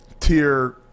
tier